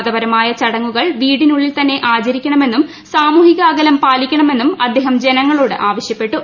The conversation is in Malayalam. മതപരമായ ചടങ്ങുകൾ വീടിനുള്ളിൽ തന്നെ ആചരിക്കണമെന്നും സാമൂഹിക അകലം പാലിക്കണമെന്നും അദ്ദേഹം ജനങ്ങളോട് ആവശ്യപ്പെട്ടു